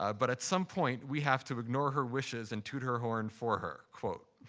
um but at some point, we have to ignore her wishes and toot her horn for her, quote.